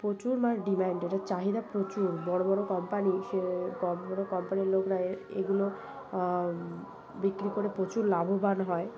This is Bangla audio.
প্রচুর মানে ডিম্যান্ড এটার চাহিদা প্রচুর বড়ো বড়ো কোম্পানি সে ব বড়ো কোম্পানির লোকরা এগুলো বিক্রি করে প্রচুর লাভবান হয়